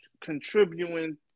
contributing